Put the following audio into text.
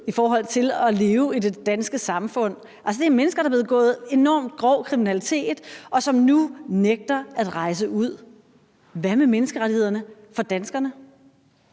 i forhold til at leve i det danske samfund. Altså, det er mennesker, der har begået enormt grov kriminalitet, og som nu nægter at rejse ud. Hvad med menneskerettighederne for danskerne?